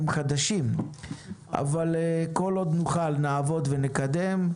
חדשים אבל כל עוד נוכל נעבוד ונקדם.